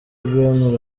ben